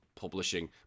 Publishing